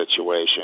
situation